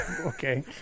Okay